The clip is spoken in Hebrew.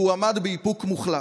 והוא עמד באיפוק מוחלט.